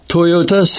Toyota